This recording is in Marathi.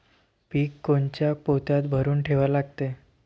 पीक कोनच्या पोत्यात भरून ठेवा लागते?